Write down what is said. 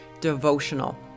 devotional